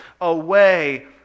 away